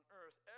earth